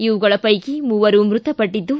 ಇವುಗಳ ಪೈಕಿ ಮೂವರು ಮೃತಪಟ್ಟದ್ದು